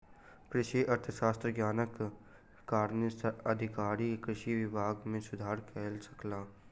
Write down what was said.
कृषि अर्थशास्त्रक ज्ञानक कारणेँ अधिकारी कृषि विभाग मे सुधार कय सकला